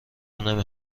نمی